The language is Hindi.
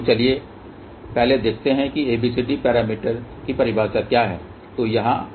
तो चलिए पहले देखते हैं कि ABCD पैरामीटर की परिभाषा क्या है